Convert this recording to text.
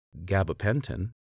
gabapentin